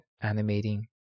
animating